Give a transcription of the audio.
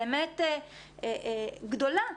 באמת גדולה,